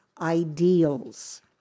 ideals